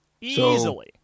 easily